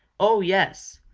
oh, yes!